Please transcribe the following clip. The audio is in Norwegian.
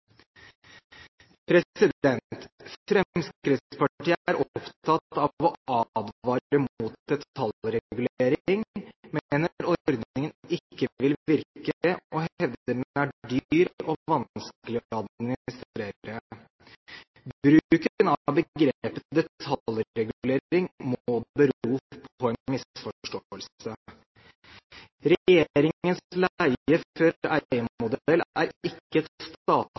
er opptatt av å advare mot detaljregulering, mener ordningen ikke vil virke og hevder den er dyr og vanskelig å administrere. Bruken av begrepet «detaljregulering» må bero på en misforståelse. Regjeringens leie-før-eie-modell er ikke et